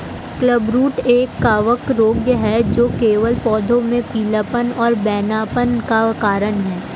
clubroot एक कवक रोग है जो केवल पौधों में पीलापन और बौनापन का कारण है